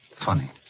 Funny